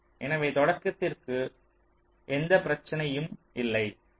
எனவே தொடக்கத்திற்கு எந்த பிரச்சனையும் இல்லை